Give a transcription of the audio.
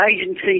agency